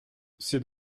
c’est